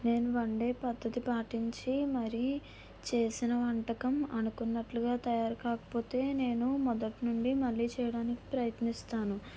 నేను వండే పద్ధతి పాటించి మరీ చేసిన వంటకం అనుకున్నట్లుగా తయారు కాకపోతే నేను మొదటి నుండి మళ్ళీ చేయడానికి ప్రయత్నిస్తాను